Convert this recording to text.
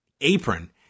apron